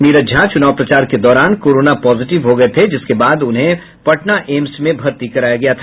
नीरज झा चुनाव प्रचार के दौरान कोरोना पॉजिटिव हो गये थे जिसके बाद उनको पटना एम्स में भर्ती कराया गया था